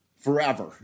forever